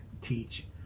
teach